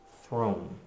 throne